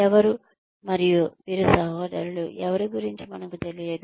ఎవరు మరియు వీరు సహోద్యోగులు ఎవరి గురించి మనకు తెలియదు